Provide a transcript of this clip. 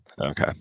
Okay